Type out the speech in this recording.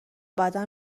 بعدا